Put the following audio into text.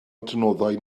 adnoddau